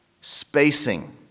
spacing